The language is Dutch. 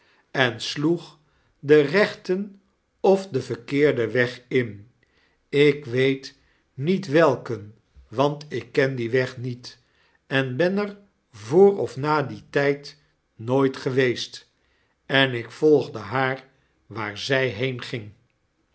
en sloeg den rechten of den verkeerden weg in ik weet niet welken want ik ken dien weg niet en ben er voor of na dien tyd nooit geweest en ik volgde haar waar zy